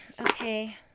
Okay